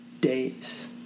Days